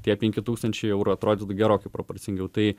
tie penki tūkstančiai eurų atrodytų gerokai proporcingiau tai